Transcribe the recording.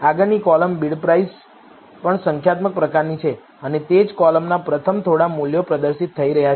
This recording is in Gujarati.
આગળની કોલમ બિડપ્રાઇસ પણ સંખ્યાત્મક પ્રકારની છે અને તે જ કોલમના પ્રથમ થોડા મૂલ્યો પ્રદર્શિત થઈ રહ્યા છે